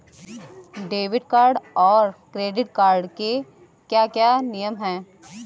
Debit card और credit card के क्या क्या नियम हैं?